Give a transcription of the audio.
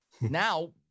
Now